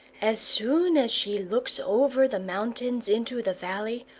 as soon as she looks over the mountains into the valley,